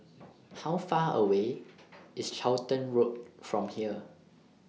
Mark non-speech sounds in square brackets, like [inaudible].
[noise] How Far away IS Charlton Road from here